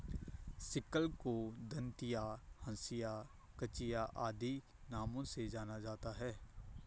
sickle को दँतिया, हँसिया, कचिया आदि नामों से जाना जाता है